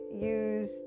use